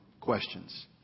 questions